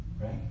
Right